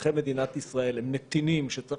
שאזרחי מדינת ישראל הם נתינים שצריך